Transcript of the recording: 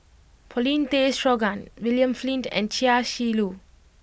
Paulin Tay Straughan William Flint and Chia Shi Lu